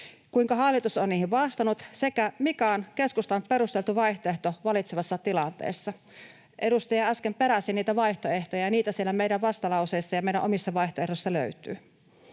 kuinka hallitus on niihin vastannut, sekä sitä, mikä on keskustan perusteltu vaihtoehto vallitsevassa tilanteessa. Edustaja äsken peräsi niitä vaihtoehtoja, ja niitä siellä meidän vastalauseessamme ja meidän omissa vaihtoehdoissamme löytyy.